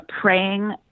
praying